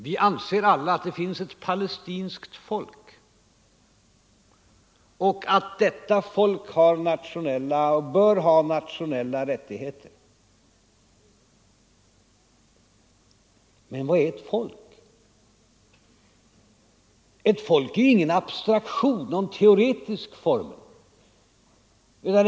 Vi anser alla att det finns ett palestinskt folk och att detta folk bör ha nationella rättigheter. Men vad är ett folk? Jo, ett folk är ju inte någon abstraktion, någonting teoretiskt.